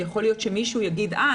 ויכול להיות שמישהו יגיד: אה,